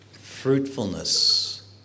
fruitfulness